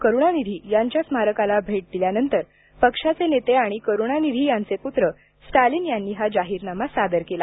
करुणानिधी यांच्या स्मारकाला भेट दिल्यानंतर पक्षाचे नेते आणि करुणानिधी यांचे पुत्र स्टालिन यांनी हा जाहीरनामा सादर केला